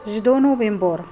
जिद' नभेम्बर